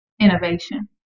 innovation